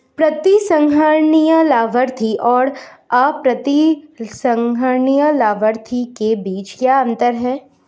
प्रतिसंहरणीय लाभार्थी और अप्रतिसंहरणीय लाभार्थी के बीच क्या अंतर है?